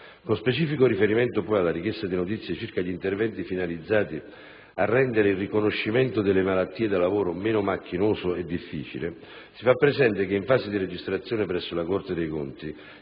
Con specifico riferimento, poi, alla richiesta di notizie circa gli interventi finalizzati a rendere il riconoscimento delle malattie da lavoro meno macchinoso e difficile, si fa presente che è in fase di registrazione presso la Corte dei conti